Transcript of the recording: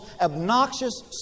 obnoxious